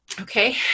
Okay